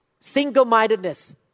Single-mindedness